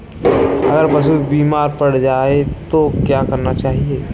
अगर पशु बीमार पड़ जाय तो क्या करना चाहिए?